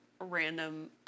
random